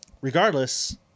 Regardless